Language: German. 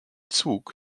zug